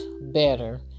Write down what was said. better